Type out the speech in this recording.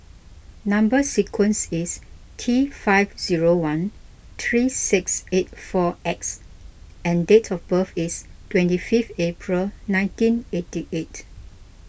Number Sequence is T five zero one three six eight four X and date of birth is twenty fifth April nineteen eighty eight